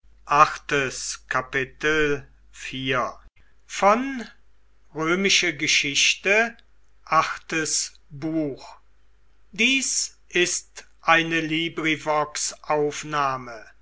sind ist eine